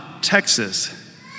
Texas